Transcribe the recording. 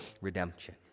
redemption